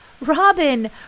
Robin